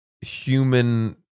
human